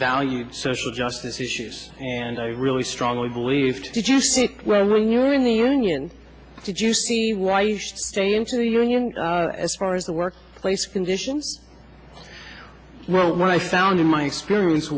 valued social justice issues and i really strongly believed did you see well when you were in the union did you see why you should stay into the union as far as the work place conditions well what i found in my experience